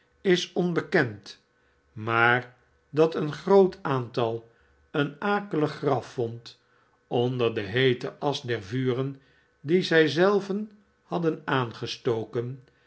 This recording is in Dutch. is onbekend maar dat een groot aantal een akelig r graf vond onder de heete asch der vuren die zij zelven hadden aangestoken